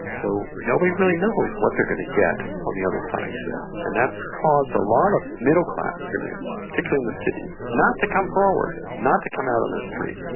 so nobody really knows what they're going to get on the other side of this, and that's caused a lot of middle-class syrians, particularly in the cities, not to come forward, not to come out on the street,